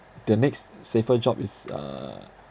the next safer job is uh